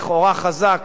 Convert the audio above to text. הוא הרבה יותר חלש.